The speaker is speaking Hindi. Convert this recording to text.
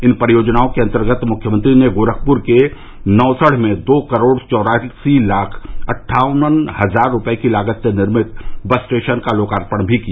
इन परियोजनाओं के अन्तर्गत मुख्यमंत्री ने गोरखपुर के नौसढ़ में दो करोड़ चौरासी लाख अट्ठावन हजार रूपये की लागत से निर्मित बस स्टेशन का लोकार्पण भी किया